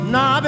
Now